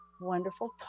wonderful